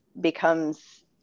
becomes